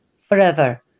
forever